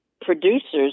producers